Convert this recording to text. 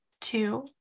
two